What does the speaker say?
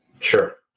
Sure